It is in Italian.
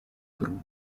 bruno